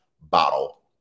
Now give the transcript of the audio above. bottle